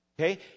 Okay